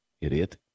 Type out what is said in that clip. idiot